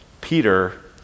Peter